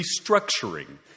restructuring